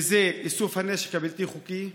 והם: איסוף הנשק הבלתי-חוקי,